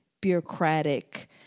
bureaucratic